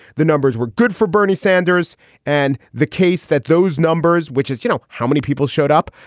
the numbers were good for bernie sanders and the case that those numbers, which is, you know, how many people showed up.